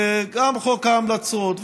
גם חוק ההמלצות,